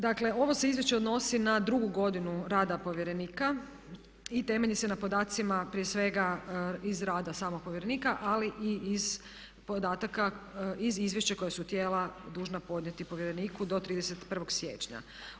Dakle, ovo se Izvješće odnosi na drugu godinu rada povjerenika i temelji se na podacima prije svega iz rada samog povjerenika, ali i iz podataka iz izvješća koja su tijela dužna podnijeti povjereniku do 31. siječnja.